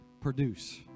Produce